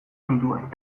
nituen